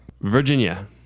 Virginia